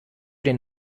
den